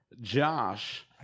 Josh